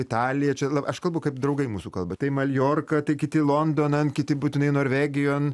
italija čia aš kalbu kaip draugai mūsų kalba tai maljorka tai kiti londonan kiti būtinai norvegijon